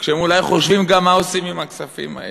כשהם אולי חושבים גם מה עושים עם הכספים האלה?